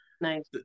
nice